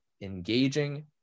engaging